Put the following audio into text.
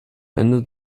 ende